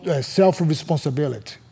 self-responsibility